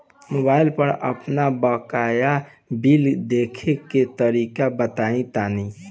Mobile पर आपन बाकाया बिल देखे के तरीका बताईं तनि?